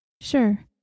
Sure